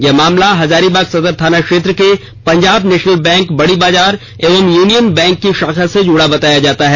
यह मामला हजारीबाग सदर थाना क्षेत्र के पंजाब नेशनल बैंक बड़ी बाजार एवं यूनियन बैंक की शाखा से जुड़ा है